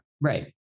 Right